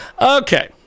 Okay